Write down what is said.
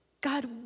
God